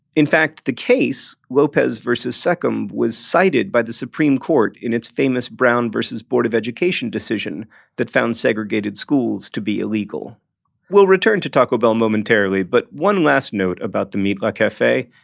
in fact, the case, lopez versus seccombe, was cited by the supreme court in its famous brown versus board of education decision that found segregated schools to be illegal we'll return to taco bell momentarily but one last note about the mitla cafe.